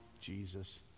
Jesus